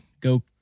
go